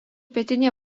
pietinėje